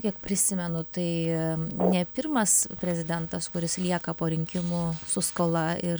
kiek prisimenu tai ne pirmas prezidentas kuris lieka po rinkimų su skola ir